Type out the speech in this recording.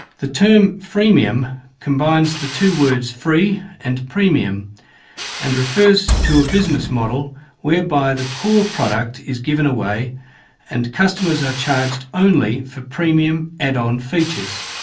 the term freemium combines the two words free and premium and refers to a businesss model whereby the core product is given away and customers are charged only for premium add-on features.